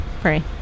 Pray